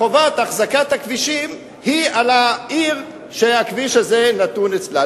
חובת אחזקת הכבישים היא על העיר שהכביש הזה נתון אצלה.